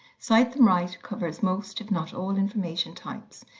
cite them right covers most if not all information types.